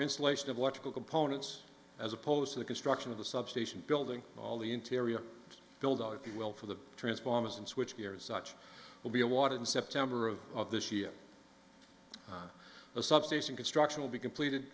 installation of watchable components as opposed to the construction of the substation building all the interior build out if you will for the transformers and switch gears such will be a water in september of this year on a substation construction will be completed